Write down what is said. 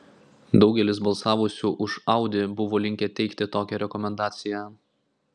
daugelis balsavusių už audi buvo linkę teikti tokią rekomendaciją